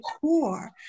core